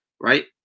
right